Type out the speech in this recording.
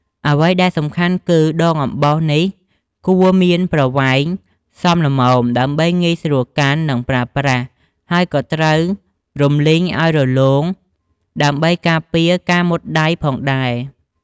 អ្វីដែលសំខាន់គឺ ដងអំបោសនេះគួរមានប្រវែងសមល្មមដើម្បីងាយស្រួលកាន់ និងប្រើប្រាស់ ហើយក៏ត្រូវរំលីងឲ្យរលោងដើម្បីការពារការមុតដៃផងដែរ។